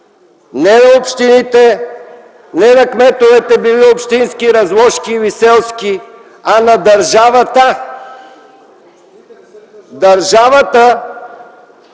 Не на общините, не на кметовете – били общински, разложки или селски, а на държавата! ЛЮБЕН